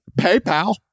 PayPal